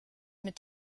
mit